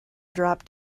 dropped